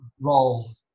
role